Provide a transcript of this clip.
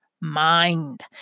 mind